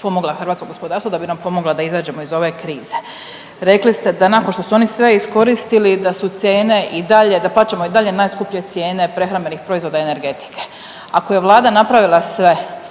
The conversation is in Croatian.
pomogla hrvatskom gospodarstvu, da bi nam pomogla da izađemo iz ove krize. Rekli ste da nakon što su oni sve iskoristili da su cijene i dalje, da plaćamo i dalje najskuplje cijene prehrambenih proizvoda i energetike. Ako je Vlada napravila sve,